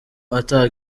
ata